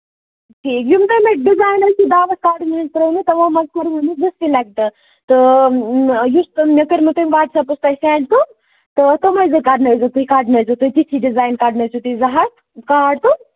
ٹھیٖک یِم کَمہِ ڈِزاینٕکۍ دعوت کارڈ تِمو منٛزٕ کٔر یم زٕ سِلیکٹ تہٕ یہِ چھُ مےٚ کٔرمو تۄہہِ واٹس ایٚپَس پیٚٹھ سینٛڈ تہٕ تہٕ تِمے زٕ کَڈنٲوۍزیٚو تُہۍ کَڈنٲوۍزیٚو تُہۍ تِتھۍ ہِوِۍ ڈِزایِن کَڈنٲۍزیٚو تُہۍ زٕ ہَتھ کارڈ تہٕ